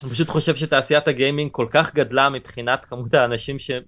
אני פשוט חושב שתעשיית הגיימינג כל כך גדלה מבחינת כמות האנשים ש...